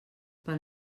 pel